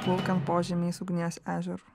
plaukiam požemiais ugnies ežeru